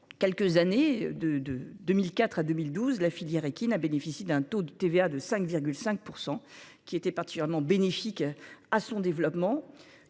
Quelques années de de 2004 à 2012, la filière équine bénéficie d'un taux de TVA de 5,5% qui était particulièrement bénéfique à son développement